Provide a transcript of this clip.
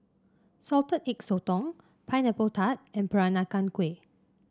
Salted Egg Sotong Pineapple Tart and Peranakan Kueh